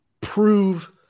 prove